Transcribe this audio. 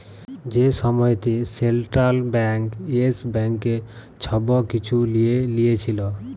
যে সময়তে central bank yes ব্যাংকের ছব কিছু লিঁয়ে লিয়েছিল